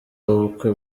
w’ubukwe